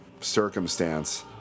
circumstance